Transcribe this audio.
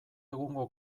egungo